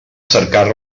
cercar